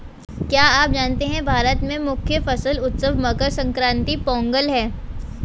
क्या आप जानते है भारत में मुख्य फसल उत्सव मकर संक्रांति, पोंगल है?